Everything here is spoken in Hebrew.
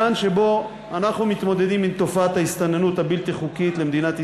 בעידן שבו אנחנו מתמודדים עם תופעת ההסתננות הבלתי-חוקית למדינת ישראל,